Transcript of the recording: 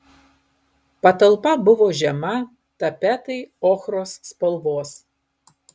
patalpa buvo žema tapetai ochros spalvos